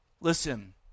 listen